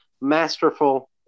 masterful